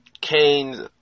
kane's